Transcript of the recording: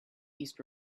east